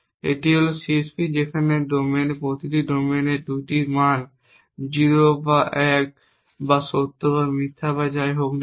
এটি হল CSP যেখানে প্রতিটি ডোমেনের 2 মান 0 বা 1 বা সত্য বা মিথ্যা বা যাই হোক না কেন